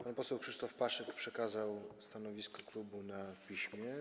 Pan poseł Krzysztof Paszyk przekazał stanowisko klubu na piśmie.